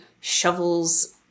shovels